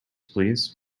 please